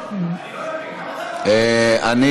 שלא יסגרו.) אדוני היושב-ראש,